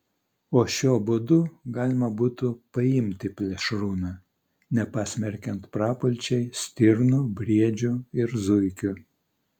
o šiuo būdu galima būtų paimti plėšrūną nepasmerkiant prapulčiai stirnų briedžių ir zuikių